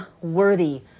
worthy